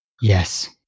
Yes